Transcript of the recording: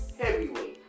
heavyweight